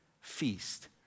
feast